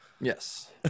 Yes